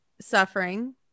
suffering